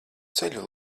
ceļu